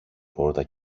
πόρτα